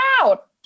out